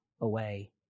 Away